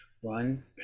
one